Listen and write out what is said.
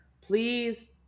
please